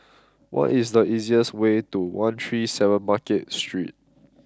what is the easiest way to one three seven Market Street